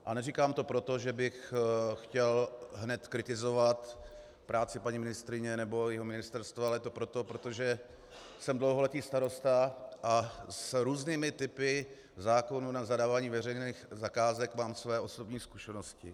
A neříkám to proto, že bych chtěl hned kritizovat práci paní ministryně nebo jejího ministerstva, ale je to proto, protože jsem dlouholetý starosta a s různými typy zákonů na zadávání veřejných zakázek mám své osobní zkušenosti.